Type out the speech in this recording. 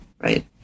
right